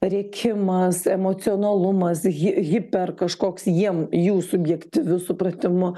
rėkimas emocionalumas hi hiper kažkoks jiem jų subjektyviu supratimu